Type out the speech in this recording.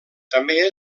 també